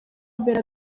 mbere